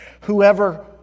Whoever